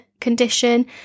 condition